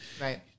right